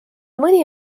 mõni